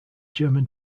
german